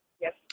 Yes